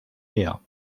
mehr